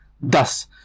Thus